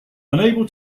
unable